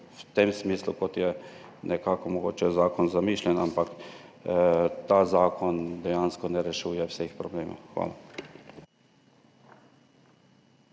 v tem smislu, kot je zakon zamišljen. Ampak ta zakon dejansko ne rešuje vseh problemov. Hvala.